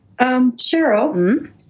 Cheryl